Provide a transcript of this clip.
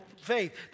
faith